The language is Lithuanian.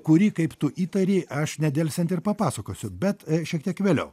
kurį kaip tu įtari aš nedelsiant ir papasakosiu bet šiek tiek vėliau